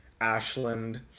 ashland